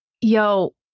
Yo